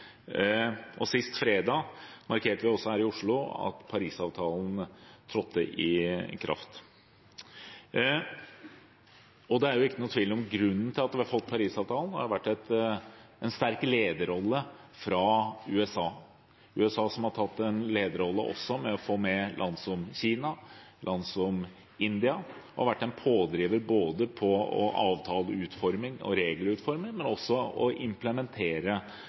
Sist fredag markerte vi også her i Oslo at Paris-avtalen trådte i kraft. Det er ikke noen tvil om at grunnen til at vi har fått Paris-avtalen, har vært en sterk lederrolle fra USA – USA, som har tatt en lederrolle også med å få med land som Kina og land som India, og har vært en pådriver på både avtaleutforming og regelutforming, men også